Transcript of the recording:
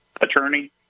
attorney